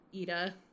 Ida